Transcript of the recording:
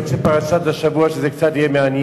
אני אתחיל בפסוק מפרשת השבוע, שיהיה קצת מעניין.